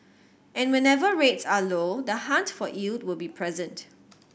and whenever rates are low the hunt for yield will be present